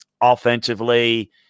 offensively